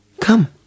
come